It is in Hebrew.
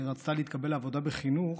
רצתה להתקבל לעבודה בחינוך,